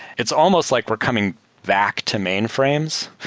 it's almost like we're coming back to mainframes,